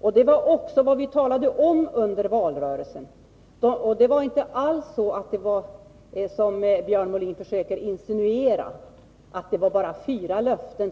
Detta var också något som vi talade om under valrörelsen. Det var inte alls så som Björn Molin försöker insinuera: att vi ämnade infria bara fyra löften.